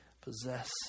possess